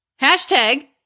Hashtag